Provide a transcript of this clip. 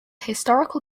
historical